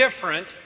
different